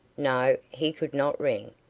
no he could not ring.